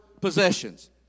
possessions